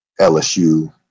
LSU